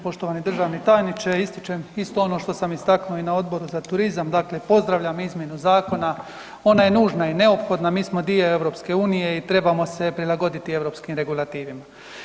Poštovani državni tajniče, ističem isto ono što sam istaknuo i na Odboru za turizam, dakle pozdravljam izmjene zakona, ona je nužna i neophodna, mi smo dio EU-a i trebamo se prilagoditi europskim regulativama.